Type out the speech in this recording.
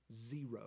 Zero